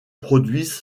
produisent